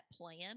plan